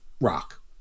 rock